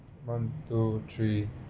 one two three